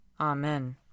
Amen